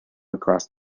across